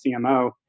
CMO